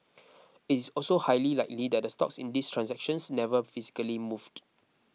it is also highly likely that the stocks in these transactions never physically moved